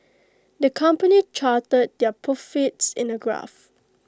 the company charted their profits in A graph